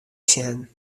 sjen